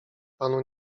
panu